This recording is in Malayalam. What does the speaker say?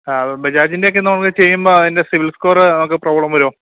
ആ ബജാജിൻ്റൊക്കെ ചെയ്യുമ്പോള് അതിൻ്റെ സിബിൽ സ്കോര് നമുക്ക് പ്രോബ്ലം വരുമോ